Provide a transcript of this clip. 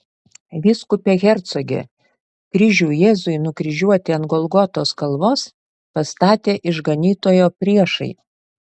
vyskupe hercoge kryžių jėzui nukryžiuoti ant golgotos kalvos pastatė išganytojo priešai